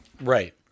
Right